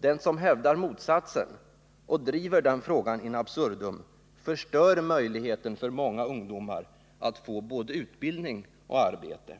Den som hävdar motsatsen och driver den frågan in absurdum förstör möjligheten för många ungdomar att få både utbildning och arbete.